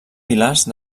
pilars